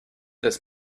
this